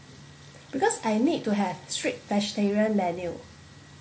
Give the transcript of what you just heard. because I need to have strict vegetarian menu